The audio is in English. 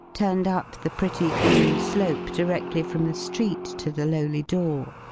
turned up the pretty green slope directly from the street to the lowly door.